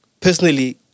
personally